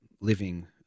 living